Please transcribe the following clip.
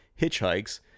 hitchhikes